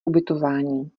ubytování